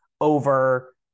over